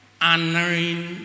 honoring